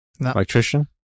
Electrician